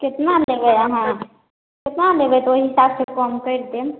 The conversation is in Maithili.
कतना लेबै अहाँ कतना लेबै तऽ ओहि हिसाबसँ कम करि देब